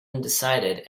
undecided